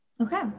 Okay